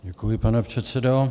Děkuji, pane předsedo.